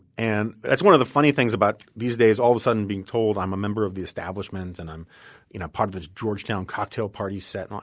and it's one of the funny things about these days, all of a sudden being told i'm a member of the establishment and i'm you know part of the georgetown cocktail party set.